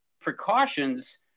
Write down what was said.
precautions